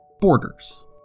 borders